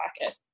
pocket